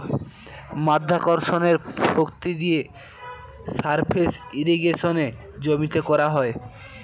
মাধ্যাকর্ষণের শক্তি দিয়ে সারফেস ইর্রিগেশনে জমিতে করা হয়